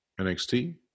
NXT